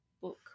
book